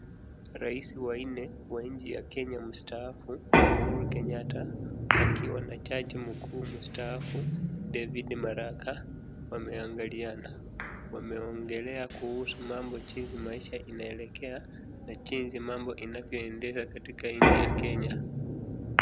Rais wanne wa nchi ya Kenya mustaafu Uhuru Kenyatta akiwa na jaji mkuu mstaafu David Maraga wameangaliana. Wameongelea kuhusu mambo jinsi maisha inaelekea na jinsi mambo inavyoendesha katika nchi ya Kenya.